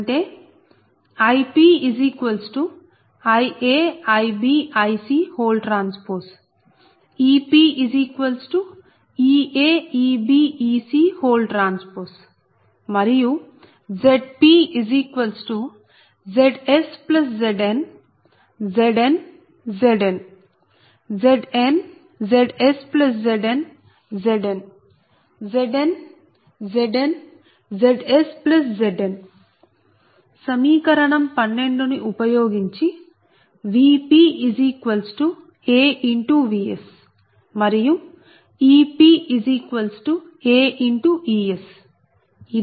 అంటేIpIa Ib Ic T EpEa Eb Ec T మరియుZpZsZn Zn Zn Zn ZsZn Zn Zn Zn ZsZn సమీకరణం 12 ని ఉపయోగించి VpAVs మరియ EpAEs ఇది 47 వ సమీకరణం